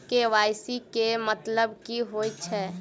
KYC केँ मतलब की होइ छै?